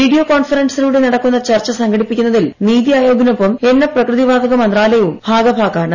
video കോൺഫറൻസിലൂടെ നടക്കുന്ന ചർച്ച സംഘടിപ്പിക്കുന്നതിൽ നിതി ആയോഗിനൊപ്പം എണ്ണ പ്രകൃതി വാതക മന്ത്രാലയവും ഭാഗമാക്കാണ്